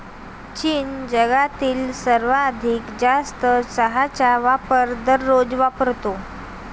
चीन जगातील सर्वाधिक जास्त चहाचा वापर दररोज वापरतो